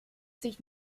sich